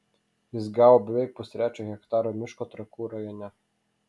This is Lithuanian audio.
jis gavo beveik pustrečio hektaro miško trakų rajone